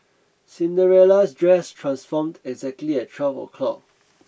Cinderella's dress transformed exactly at twelve o'clock